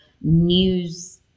news